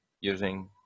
using